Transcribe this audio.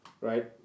right